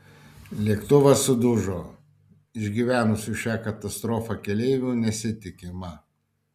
lėktuvas sudužo išgyvenusių šią katastrofą keleivių nesitikima